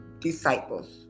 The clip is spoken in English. disciples